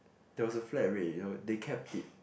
there was a flat rate you know they kept it